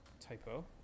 Typo